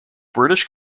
british